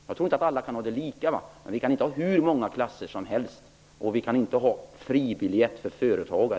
Jag tror inte att det kan vara lika för alla, men det kan inte finnas hur många klasser som helst, och företagare kan inte få fribiljetter.